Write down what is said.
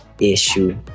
issue